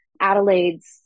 Adelaide's